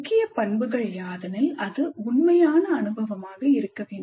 முக்கிய பண்புகள் யாதெனில் அது உண்மையான அனுபவமாக இருக்க வேண்டும்